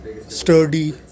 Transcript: sturdy